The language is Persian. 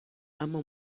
اما